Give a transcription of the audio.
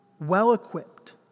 well-equipped